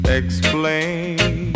explain